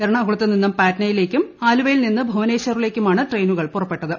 എറണാകുളത്തു നിന്നും പറ്റ്നയിലേയ്ക്കും ആലുവയിൽ നിന്ന് ഭുവനേശ്വറിലേയ്ക്കുമാണ് ട്രെയിനുകൾ പുറപ്പെട്ടത്